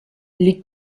les